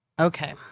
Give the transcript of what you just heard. Okay